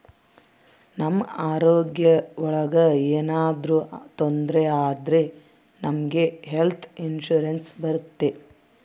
ನಮ್ ಆರೋಗ್ಯ ಒಳಗ ಏನಾದ್ರೂ ತೊಂದ್ರೆ ಆದ್ರೆ ನಮ್ಗೆ ಹೆಲ್ತ್ ಇನ್ಸೂರೆನ್ಸ್ ಬರುತ್ತೆ